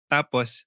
Tapos